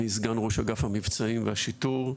אני סגן ראש אגף המבצעים והשיטור.